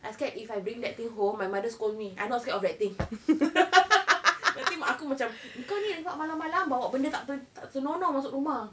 I scared if I bring that thing home my mother scold me I'm not scared of that thing nanti mak aku macam engkau ni keluar malam-malam bawa benda tak tak senonoh masuk rumah